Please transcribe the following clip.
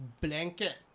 blanket